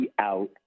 out